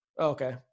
Okay